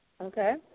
Okay